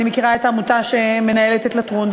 ואני מכירה את העמותה שמנהלת את לטרון,